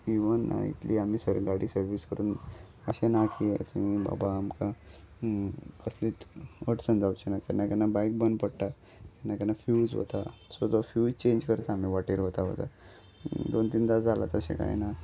even ना इतली आमी सगरी गाडी सर्वीस करून अशें ना की बाबा आमकां कसली अडचण जावचे ना केन्ना केन्ना बायक बंद पडटा केन्ना केन्ना फ्यूज वता सो तो फ्यूज चेंज करता आमी वाटेर वता वता दोन तीन दा जाला तशें कांय ना